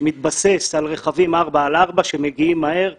מתבסס על רכבים ארבע על ארבע שמגיעים מהר ומסייעים.